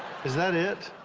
is that it?